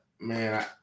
man